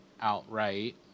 outright